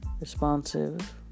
responsive